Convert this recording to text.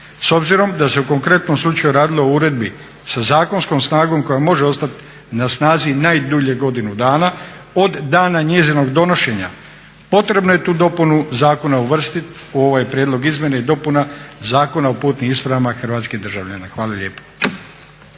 S obzirom da se u konkretnom slučaju radilo o uredbi sa zakonskom snagom koja može ostat na snazi najdulje godinu dana od dana njezinog donošenja potrebno je tu dopunu zakona uvrstit u ovaj prijedlog izmjena i dopuna Zakona o putnim ispravama hrvatskih državljana. Hvala lijepo.